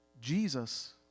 Jesus